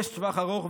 יש טווח ארוך,